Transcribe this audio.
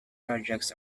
projects